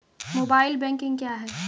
Mobile banking क्या हैं?